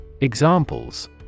Examples